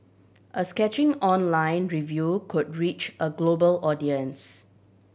a scathing online review could reach a global audience